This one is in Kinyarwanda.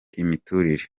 imiturire